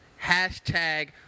hashtag